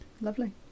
Lovely